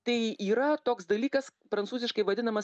tai yra toks dalykas prancūziškai vadinamas